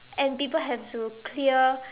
and people have to clear